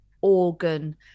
organ